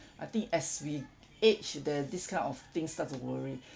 I think as we age there's this kind of things start to worry